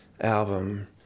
album